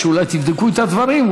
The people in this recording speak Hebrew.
שאולי תבדקו את הדברים,